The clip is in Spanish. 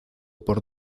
por